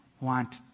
want